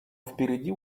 впереди